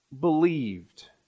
believed